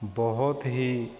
ਬਹੁਤ ਹੀ